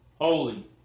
holy